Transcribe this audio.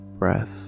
breath